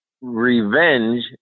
revenge